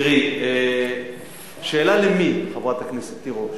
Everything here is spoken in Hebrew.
תראי, השאלה למי, חברת הכנסת תירוש.